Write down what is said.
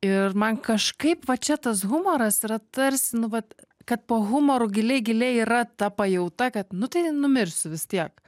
ir man kažkaip va čia tas humoras yra tarsi nu vat kad po humoru giliai giliai yra ta pajauta kad nu tai numirsiu vis tiek